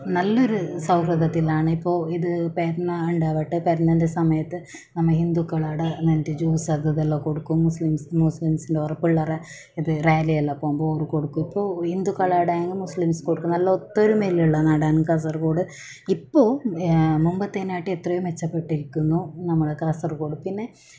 നല്ല ഒരു സൌഹൃദത്തിലാണ് ഇപ്പോൾ ഇത് പെരുന്നാളിനാവട്ടെ പെരുന്നാളിൻ്റെ സമയത്ത് നമ്മൾ ഹിന്ദുക്കളാടെ ഇന്നിറ്റു ജൂസ് അതും ഇതുമെല്ലാം കൊടുക്കും മുസ്ലിംസ് മുസ്ലിംസിൻ്റെ ഓറെ പിള്ളേരെ ഇത് റാലി എല്ലാം പോകുമ്പോൾ ഓർ കൊടുക്കും ഇപ്പോൾ ഹിന്ദുക്കളുടെയായാലും മുസ്ലിംസ് കൊടുക്കും നല്ല ഒത്തൊരുമയിലുള്ള നാടാണ് കാസർഗോഡ് ഇപ്പോൾ ഏ മുമ്പെത്തെനാട്ടി എത്രയോ മെച്ചപ്പെട്ടിരിക്കുന്നു നമ്മളെ കാസർഗോഡ് പിന്നെ